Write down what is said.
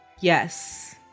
Yes